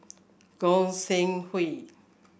Goi Seng Hui